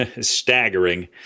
Staggering